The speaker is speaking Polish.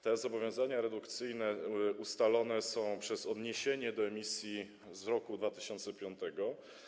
Te zobowiązania redukcyjne ustalone są przez odniesienie się do emisji z roku 2005.